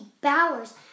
Bowers